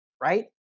right